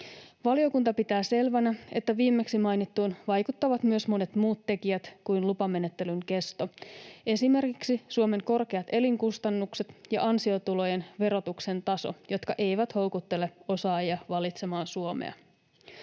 Valiokunta pitää selvänä, että viimeksi mainittuun vaikuttavat myös monet muut tekijät kuin lupamenettelyn kesto, esimerkiksi Suomen korkeat elinkustannukset ja ansiotulojen verotuksen taso, jotka eivät houkuttele osaajia valitsemaan Suomea.